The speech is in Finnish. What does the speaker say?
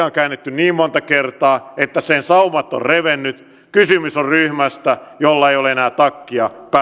on käännetty niin monta kertaa että sen saumat ovat revenneet kysymys on ryhmästä jolla ei ole enää takkia päällä